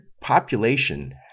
population